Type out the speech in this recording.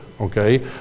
okay